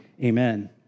amen